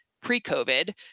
pre-COVID